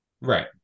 right